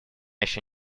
еще